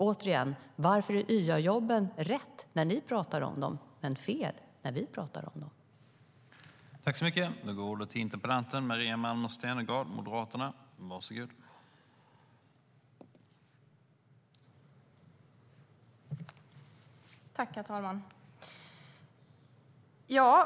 Återigen: Varför är YA-jobben rätt när ni talar om dem men fel när vi talar om dem?